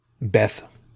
Beth